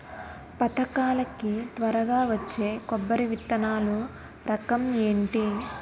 పథకాల కి త్వరగా వచ్చే కొబ్బరి విత్తనాలు రకం ఏంటి?